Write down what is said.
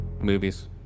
movies